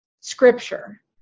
scripture